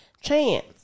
Chance